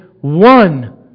one